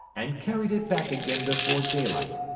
and carried it back again before daylight,